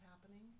happening